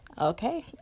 Okay